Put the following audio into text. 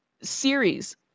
series